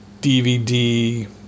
DVD